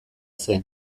zen